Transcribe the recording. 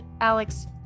Alex